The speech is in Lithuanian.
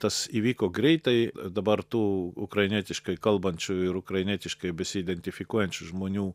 tas įvyko greitai dabar tų ukrainietiškai kalbančių ir ukrainietiškai besiidentifikuojančių žmonių